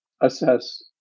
assess